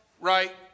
right